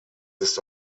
ist